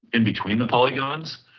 in between the polygons.